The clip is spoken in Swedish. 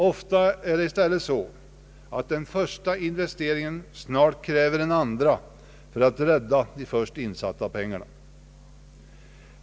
Ofta är det i stället så att den första investeringen kräver en andra för att rädda de först insatta pengarna.